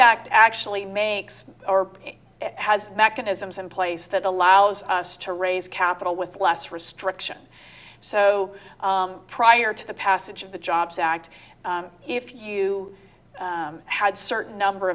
act actually makes or has mechanisms in place that allows us to raise capital with less restriction so prior to the passage of the jobs act if you had certain number